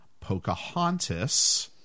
Pocahontas